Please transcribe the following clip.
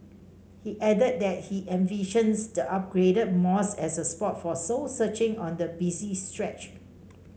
he added that he envisions the upgraded mosque as a spot for soul searching on the busy stretch